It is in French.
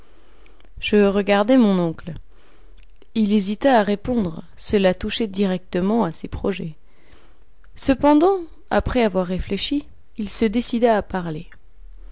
je regardai mon oncle il hésita à répondre cela touchait directement à ses projets cependant après avoir réfléchi il se décida à parler